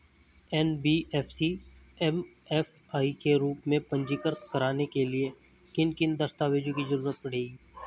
NBFC MFI के रूप में पंजीकृत कराने के लिए किन किन दस्तावेजों की जरूरत पड़ेगी?